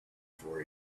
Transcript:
for